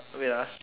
wait ah